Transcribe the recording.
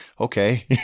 okay